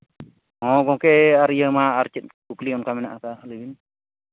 ᱦᱮᱸ ᱜᱚᱢᱠᱮ ᱟᱨ ᱤᱭᱟᱹ ᱢᱟ ᱟᱨ ᱪᱮᱫ ᱠᱩᱠᱞᱤ ᱚᱱᱠᱟ ᱢᱮᱱᱟᱜᱼᱟ ᱛᱟᱦᱞᱮ ᱞᱟᱹᱭᱵᱤᱱ